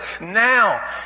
Now